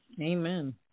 Amen